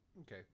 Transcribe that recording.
Okay